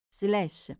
slash